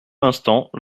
l’instant